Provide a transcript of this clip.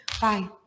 Bye